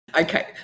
Okay